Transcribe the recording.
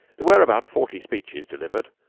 there were about forty speeches delivered,